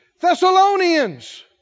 Thessalonians